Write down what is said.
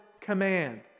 command